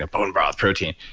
ah bone broth protein.